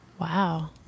Wow